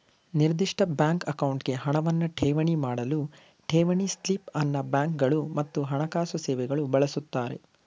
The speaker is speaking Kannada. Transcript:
ನಿರ್ದಿಷ್ಟ ಬ್ಯಾಂಕ್ ಅಕೌಂಟ್ಗೆ ಹಣವನ್ನ ಠೇವಣಿ ಮಾಡಲು ಠೇವಣಿ ಸ್ಲಿಪ್ ಅನ್ನ ಬ್ಯಾಂಕ್ಗಳು ಮತ್ತು ಹಣಕಾಸು ಸೇವೆಗಳು ಬಳಸುತ್ತಾರೆ